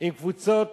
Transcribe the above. הם קבוצות